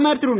பிரதமர் திரு